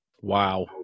Wow